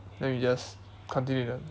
then we just continue